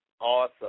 Awesome